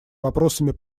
вопросами